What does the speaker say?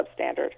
substandard